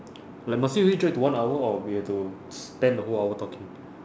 like must we really drag to one hour or we have to spend the whole hour talking